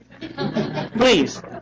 Please